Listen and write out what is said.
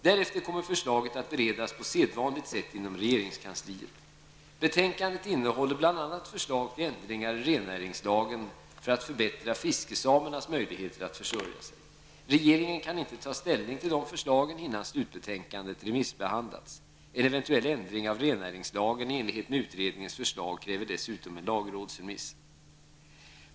Därefter kommer förslaget att beredas på sedvanligt sätt inom regeringskansliet. Betänkandet innehåller bl.a. förslag till ändringar i rennäringslagen för att förbättra fiskesamernas möjligheter att försörja sig. Regeringen kan inte ta ställning till dessa förslag innan slutbetänkandet remissbehandlats. En eventuell ändring av rennäringslagen i enlighet med utredningens förslag kräver dessutom en lagrådsremiss.